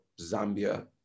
Zambia